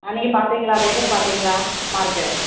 நீங்கள் பார்த்தீங்களா பேப்பர் பார்த்தீங்களா மார்க்